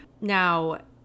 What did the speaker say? Now